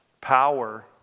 power